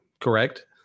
correct